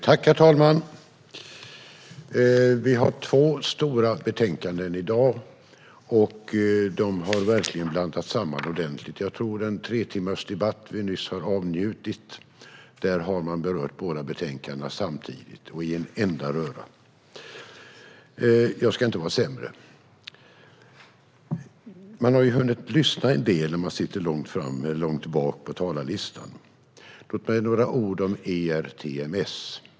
Herr talman! Vi har två stora betänkanden att debattera i dag, och de har verkligen blandats samman ordentligt. I den tretimmarsdebatt som vi nyss har avnjutit har man berört båda betänkandena samtidigt och i en enda röra. Jag ska inte vara sämre. När man är långt ned på talarlistan hinner man lyssna en del. Låt mig säga några ord om ERTMS.